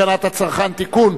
הצעת חוק הגנת הצרכן (תיקון,